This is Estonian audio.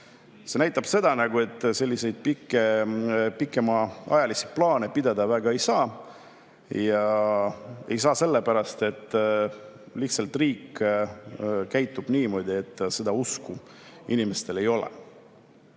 See näitab seda, et selliseid pikemaajalisi plaane pidada väga ei saa. Ja ei saa sellepärast, et lihtsalt riik käitub niimoodi, et seda usku inimestel ei ole. Ma